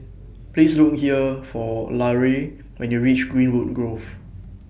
Please Look here For Larae when YOU REACH Greenwood Grove